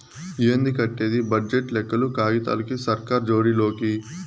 ఏంది కట్టేది బడ్జెట్ లెక్కలు కాగితాలకి, సర్కార్ జోడి లోకి